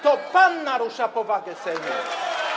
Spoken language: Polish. To pan narusza powagę Sejmu.